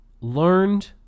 learned